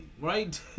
right